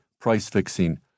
price-fixing